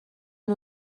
nhw